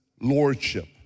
lordship